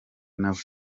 nawe